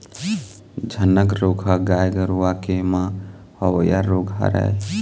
झनक रोग ह गाय गरुवा के म होवइया रोग हरय